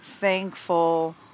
thankful